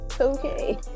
okay